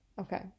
Okay